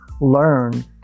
learn